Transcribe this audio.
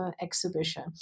exhibition